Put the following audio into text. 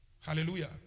hallelujah